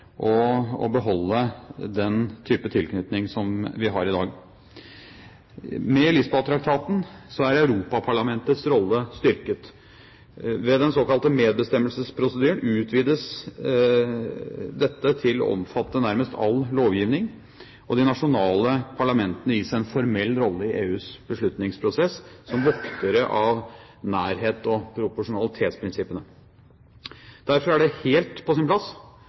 å beholde den type tilknytning som vi har i dag. Med Lisboa-traktaten er Europaparlamentets rolle styrket. Ved den såkalte medbestemmelsesprosedyren utvides den til å omfatte nærmest all lovgivning. De nasjonale parlamentene gis en formell rolle i EUs beslutningsprosess som voktere av nærhets- og proporsjonalitetsprinsipper. Derfor er det helt på sin plass